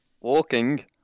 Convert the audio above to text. Walking